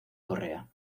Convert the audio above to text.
correa